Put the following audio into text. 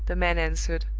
the man answered,